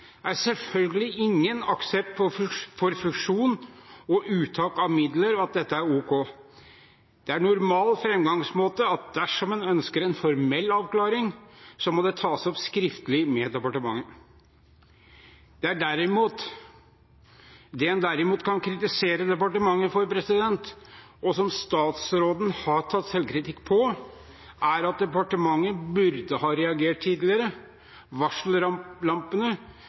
er selvfølgelig ingen aksept for fusjon og uttak av midler, at dette er ok. Normal framgangsmåte er at dersom en ønsker en formell avklaring, må det tas opp skriftlig med departementet. Det en derimot kan kritisere departementet for, og som statsråden har tatt selvkritikk på, er at departementet burde ha reagert tidligere,